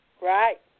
Right